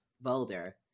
Boulder